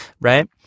right